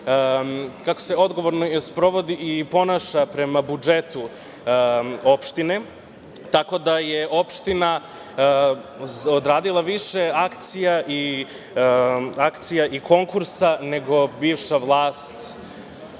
kako se odgovorno sprovodi i ponaša prema budžetu opštine, tako da je opština odradila više akcija i konkursa nego bivša vlast